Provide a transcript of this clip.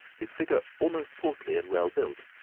his figure almost portly and well-built,